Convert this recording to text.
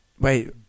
Wait